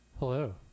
Hello